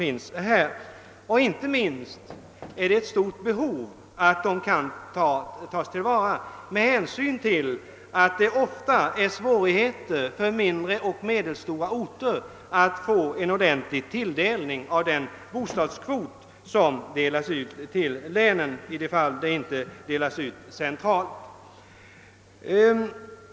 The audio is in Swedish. Inte minst är det angeläget att resurserna tas till vara med hänsyn till att det ofta är svårt för mindre och medelstora orter att få en ordentlig tilldelning av den bostadskvot som delas ut till länen i de fall utdelningen inte sker centralt.